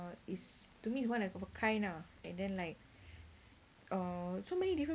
it's to me it's one of a kind ah and then like uh so many different